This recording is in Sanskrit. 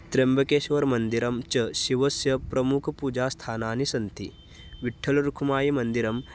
त्रेम्बकेश्वर्मन्दिरं च शिवस्य प्रमुख पूजास्थानानि सन्ति विठ्ठलुरखुमायीमन्दिरम्